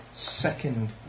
Second